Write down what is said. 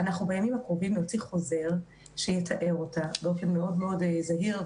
בימים הקרובים אנחנו נוציא חוזר שיתאר אותה באופן מאוד זהיר,